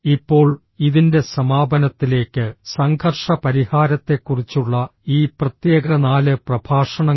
ഇപ്പോൾ ഇതിന്റെ സമാപനത്തിലേക്ക് സംഘർഷ പരിഹാരത്തെക്കുറിച്ചുള്ള ഈ പ്രത്യേക 4 പ്രഭാഷണങ്ങൾ